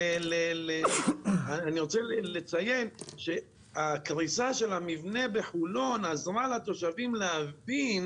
אני רוצה לציין שהקריסה של המבנה בחולון עזרה לתושבים להבין